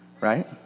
right